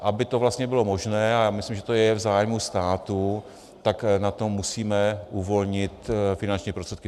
Aby to vlastně bylo možné, a já myslím, že to je v zájmu státu, tak na to musíme uvolnit finanční prostředky.